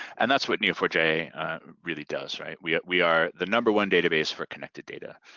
and that's what n e o four j really does, right? we are we are the number one database for connected data.